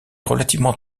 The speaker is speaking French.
relativement